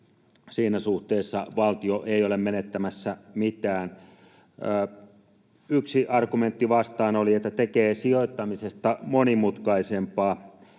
Siinä suhteessa valtio ei ole menettämässä mitään. Yksi argumentti vastaan oli, että tämä tekee sijoittamisesta monimutkaisempaa.